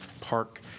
Park